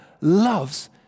loves